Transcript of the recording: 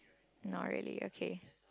not really okay